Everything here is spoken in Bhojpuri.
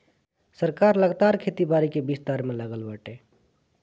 सरकार लगातार खेती बारी के विस्तार में लागल बाटे